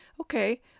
Okay